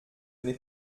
n’est